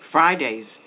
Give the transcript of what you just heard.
Fridays